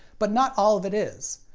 but not all of it is.